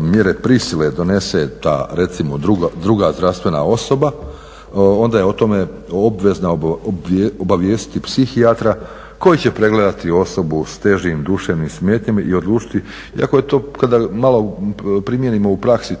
mjere prisile donese ta recimo druga zdravstvena osoba onda je o tome obvezna obavijestiti psihijatra koji će pregledati osobu s težim duševnim smetnjama i odlučiti. Iako je to kada malo primijenimo u praksi